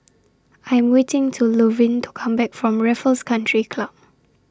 I'm waiting to Luverne to Come Back from Raffles Country Club